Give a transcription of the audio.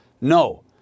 No